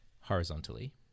Horizontally